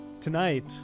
tonight